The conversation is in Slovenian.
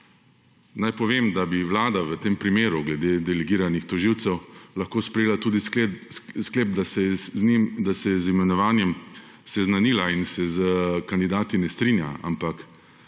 Naj povem, da bi Vlada v tem primeru glede delegiranih tožilcev lahko sprejela tudi sklep, da se je z imenovanjem seznanila in se s kandidati ne strinja, ampak